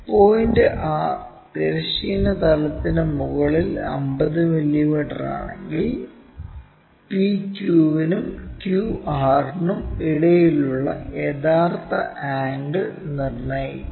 point R തിരശ്ചീന തലത്തിന് മുകളിൽ 50 മില്ലീമീറ്ററാണെങ്കിൽ PQ നും QR നും ഇടയിലുള്ള യഥാർത്ഥ ആംഗിൾ നിർണ്ണയിക്കുക